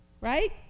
Right